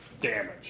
damage